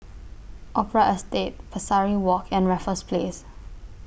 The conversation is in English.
Opera Estate Pesari Walk and Raffles Place